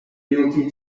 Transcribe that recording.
guilty